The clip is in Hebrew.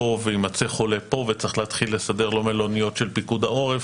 לפה ויימצא חולה לפה וצריך לסדר לו מלוניות של פיקוד העורף.